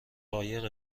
قایق